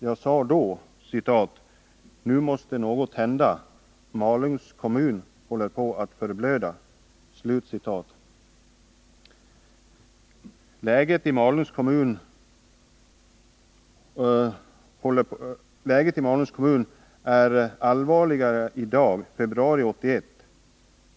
Jag sade då: ”Nu måste något hända! Malungs kommun håller på att förblöda.” Läget i Malungs kommun är än allvarligare i dag, i februari 1981.